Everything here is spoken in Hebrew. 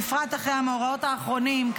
בפרט אחרי המאורעות האחרונים,